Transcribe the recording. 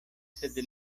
sed